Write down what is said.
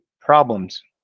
problems